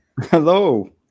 Hello